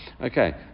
okay